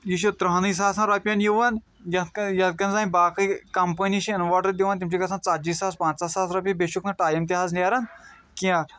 یہِ چھُ تٕرٛہنٕے ساسَن رۄپیَن یِوَن یَتھ کٔنۍ یَتھ کٔنۍ زَن باقٕے کَمپٔنی چھِ اِنوٲٹَر دِوان تِم چھِ گژھان ژَجی ساس پَنژاہ ساس رۄپیہِ بیٚیہِ چھُکھ نہٕ ٹایِم تہِ حظ نیران کیٚنٛہہ